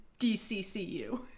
dccu